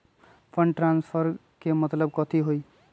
Fund transfer के मतलब कथी होई?